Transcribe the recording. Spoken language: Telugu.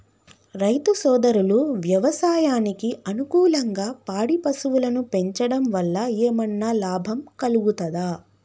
రైతు సోదరులు వ్యవసాయానికి అనుకూలంగా పాడి పశువులను పెంచడం వల్ల ఏమన్నా లాభం కలుగుతదా?